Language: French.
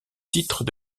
titre